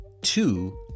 two